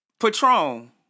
Patron